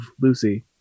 Lucy